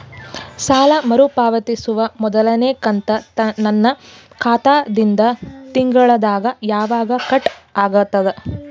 ಸಾಲಾ ಮರು ಪಾವತಿಸುವ ಮೊದಲನೇ ಕಂತ ನನ್ನ ಖಾತಾ ದಿಂದ ತಿಂಗಳದಾಗ ಯವಾಗ ಕಟ್ ಆಗತದ?